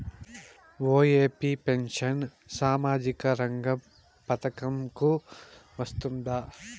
OAP pension సామాజిక రంగ పథకం కు వస్తుందా?